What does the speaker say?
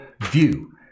view